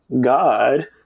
god